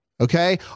Okay